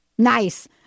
Nice